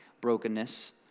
brokenness